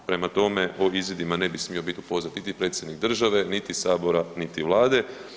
Prema tome, o izvidima ne bi smio biti upoznat niti predsjednik države, niti sabora, niti vlade.